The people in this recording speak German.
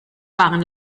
waren